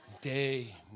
day